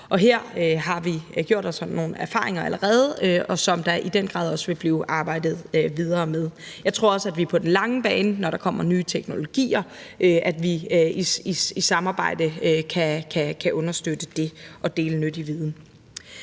Og her har vi gjort os nogle erfaringer allerede, som der i den grad også vil blive arbejdet videre med. Jeg tror også, at vi på den lange bane, når der kommer nye teknologier, i samarbejde kan understøtte det og dele nyttig viden.